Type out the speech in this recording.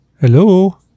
Hello